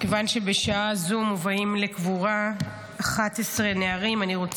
מכיוון שבשעה זו מובאים לקבורה 11 נערים ונערות,